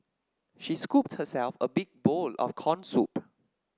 she scooped herself a big bowl of corn soup